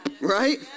right